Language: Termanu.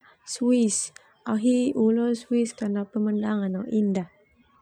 Au hi u leo Swiss karna pemandangan indah.